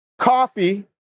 coffee